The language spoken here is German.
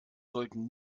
sollten